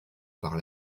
par